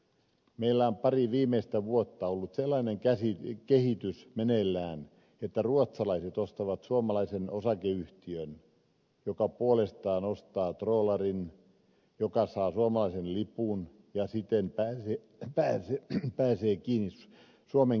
meillä on pari viimeistä vuotta ollut sellainen kehitys meneillään että ruotsalaiset ostavat suomalaisen osakeyhtiön joka puolestaan ostaa troolarin joka saa suomalaisen lipun ja siten pääsee kiinni suomen kiintiöihin